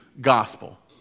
gospel